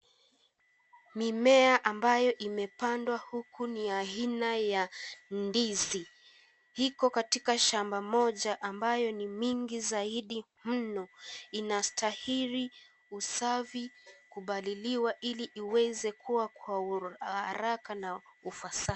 Mimea ambayo imepandwa huku ni aina ya ndizi, iko katika shamba moja ambayo ni mingi zaidi mno inastahili usafi kupaliliwa ili iweze kua kwa haraka na ufasaha.